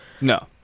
no